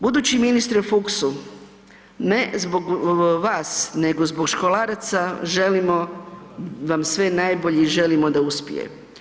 Budući ministre Fuchsu ne zbog vas nego zbog školaraca želimo vam sve najbolje i želimo da uspije.